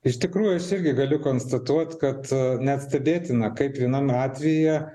iš tikrųjų aš irgi galiu konstatuot kad net stebėtina kaip viename atvejyje